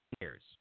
years